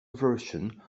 version